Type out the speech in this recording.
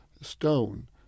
stone